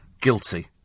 guilty